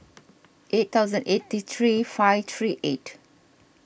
eight thousand eighty three five three eight